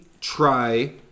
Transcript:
try